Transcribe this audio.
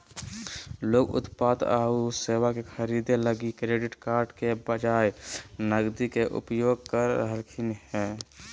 लोग उत्पाद आऊ सेवा के खरीदे लगी क्रेडिट कार्ड के बजाए नकदी के उपयोग कर रहलखिन हें